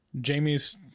Jamie's